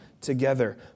together